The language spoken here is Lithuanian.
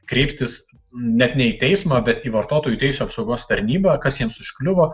kryptis net ne į teismą bet į vartotojų teisių apsaugos tarnybą kas jiems užkliuvo